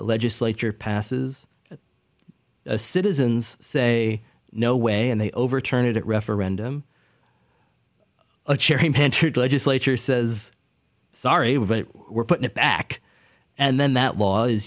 legislature passes a citizens say no way and they overturn it at referendum a cherry entered legislature says sorry but we're putting it back and then that law